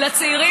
זה לא בחוק.